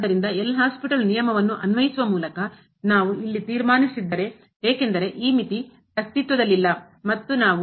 ಆದ್ದರಿಂದ L'Hospital ನಿಯಮವನ್ನು ಅನ್ವಯಿಸುವ ಮೂಲಕ ನಾವು ಇಲ್ಲಿ ತೀರ್ಮಾನಿಸಿದ್ದರೆ ಏಕೆಂದರೆ ಈ ಮಿತಿ ಅಸ್ತಿತ್ವದಲ್ಲಿಲ್ಲ